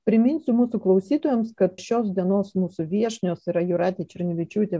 priminsiu mūsų klausytojams kad šios dienos mūsų viešnios yra jūratė černevičiūtė